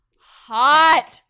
hot